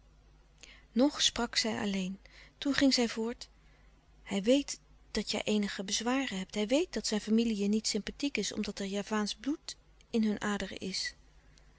nog sprak zij alleen toen ging zij voort hij weet dat je eenige bezwaren hebt hij weet dat zijn familie je niet sympathiek is omdat er javaansch bloed in hun aderen is